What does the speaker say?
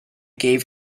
gave